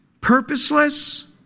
purposeless